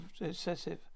excessive